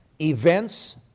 events